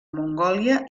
mongòlia